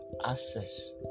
access